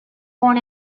born